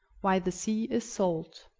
why the sea is salt